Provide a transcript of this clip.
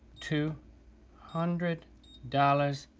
two hundred dollars.